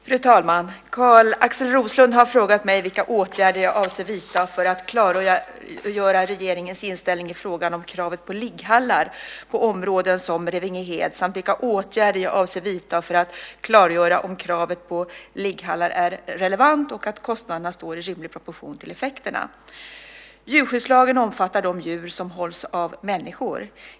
Fru talman! Carl-Axel Roslund har frågat mig vilka åtgärder jag avser att vidta för att klargöra regeringens inställning i frågan om kravet på ligghallar på områden som Revingehed samt vilka åtgärder jag avser att vidta för att klargöra om kravet på ligghallar är relevant och att kostnaderna står i rimlig proportion till effekterna. Djurskyddslagen omfattar de djur som hålls av människor.